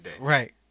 Right